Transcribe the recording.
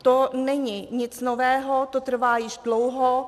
To není nic nového, to trvá již dlouho.